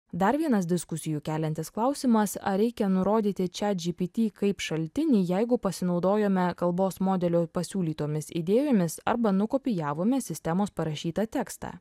dar vienas diskusijų keliantis klausimas ar reikia nurodyti chatgpt kaip šaltinį jeigu pasinaudojome kalbos modelio pasiūlytomis idėjomis arba nukopijavome sistemos parašytą tekstą